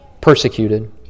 persecuted